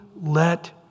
let